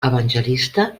evangelista